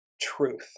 truth